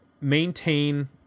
maintain